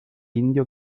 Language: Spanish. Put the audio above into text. indio